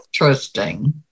interesting